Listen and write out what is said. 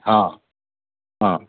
हँ हँ